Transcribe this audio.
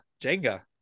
Jenga